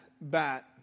bat